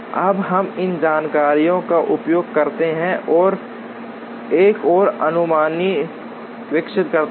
अब हम इस जानकारी का उपयोग करते हैं और एक और अनुमानी विकसित करते हैं